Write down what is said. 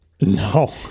no